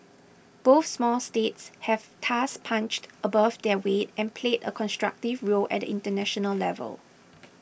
both small states have thus punched above their weight and played a constructive role at the international level